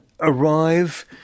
arrive